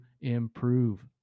improve